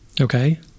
okay